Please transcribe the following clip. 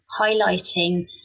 highlighting